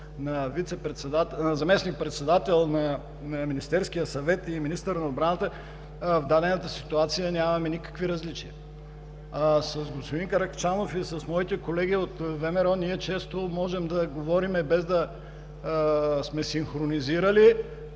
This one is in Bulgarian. в качеството му на вицепремиер и министър на отбраната, в дадената ситуация нямаме никакви различия. С господин Каракачанов и с моите колеги от ВМРО ние често можем да говорим, без да сме се синхронизирали,